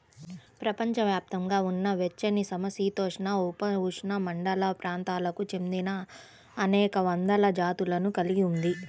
ప్రపంచవ్యాప్తంగా ఉన్న వెచ్చనిసమశీతోష్ణ, ఉపఉష్ణమండల ప్రాంతాలకు చెందినఅనేక వందల జాతులను కలిగి ఉంది